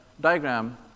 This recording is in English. diagram